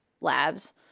labs